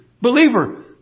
Believer